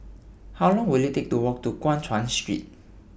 How Long Will IT Take to Walk to Guan Chuan Street